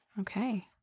okay